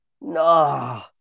No